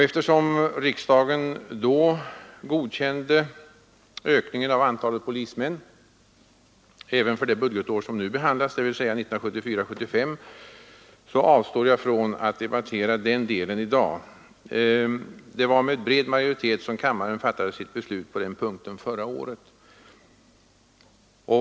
Eftersom riksdagen då godkände förslaget om ökning av antalet polismän även för det budgetår som nu behandlas, dvs. 1974/75, avstår jag från att ta upp den saken till debatt i dag. Det var med bred majoritet som kammaren fattade sitt beslut på den punkten förra året.